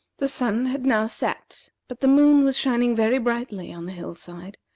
the sun had now set but the moon was shining very brightly on the hill-side,